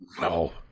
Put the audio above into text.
No